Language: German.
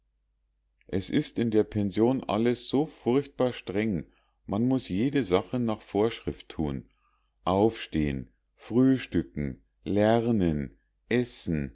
es ist in der pension alles so furchtbar streng man muß jede sache nach vorschrift thun aufstehen frühstücken lernen